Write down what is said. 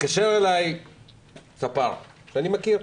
התקשר אלי ספר שאני מכיר,